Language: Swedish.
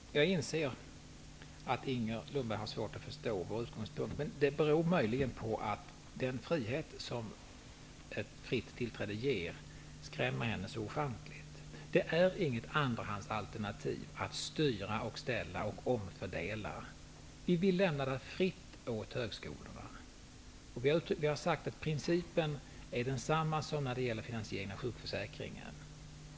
Herr talman! Jag inser att Inger Lundberg har svårt att förstå vår utgångspunkt. Det beror möjligen på att den frihet som ett fritt tillträde till högskolan ger skrämmer henne så ofantligt. Det är inget andrahandsalternativ att styra och ställa och omfördela. Vi vill lämna det fritt åt högskolorna. Vi har sagt att principen är densamma som när det gäller finansieringen av sjukförsäkringen.